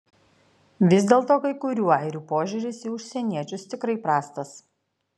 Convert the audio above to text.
vis dėlto kai kurių airių požiūris į užsieniečius tikrai prastas